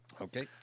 Okay